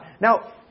Now